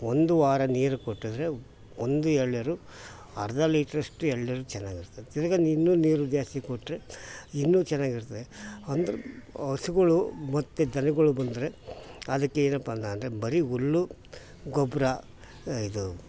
ಒಂದು ವಾರ ನೀರು ಕಟ್ಟದ್ರೆ ಒಂದು ಎಳನೀರು ಅರ್ಧ ಲೀಟರಷ್ಟು ಎಳನೀರು ಚೆನ್ನಾಗಿರ್ತದೆ ತಿರ್ಗಿ ಇನ್ನೂ ನೀರು ಜಾಸ್ತಿ ಕೊಟ್ಟರೆ ಇನ್ನೂ ಚೆನ್ನಾಗಿರ್ತದೆ ಅಂದ್ರೆ ಹಸ್ಗುಳು ಮತ್ತು ದನಗಳು ಬಂದರೆ ಅದಕ್ಕೇನಪ್ಪ ಅಂತಂದರೆ ಬರೀ ಹುಲ್ಲು ಗೊಬ್ಬರ ಇದು